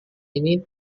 ini